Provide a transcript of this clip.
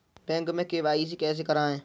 Bank में KYC कैसे करायें?